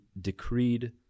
decreed